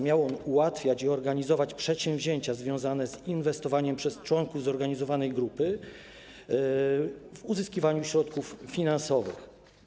Miał on także ułatwiać i organizować przedsięwzięcia związane z inwestycjami członków zorganizowanej grupy, z uzyskiwaniem środków finansowych.